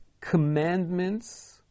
commandments